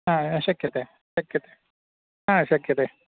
ह शक्यते शक्यते ह शक्यते